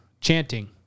chanting